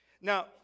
Now